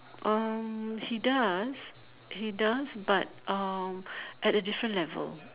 um he does he does but um at a different level